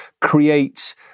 create